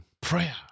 Prayer